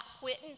quitting